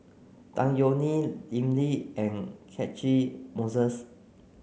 Tan Yeok Nee Lim Lee and Catchick Moses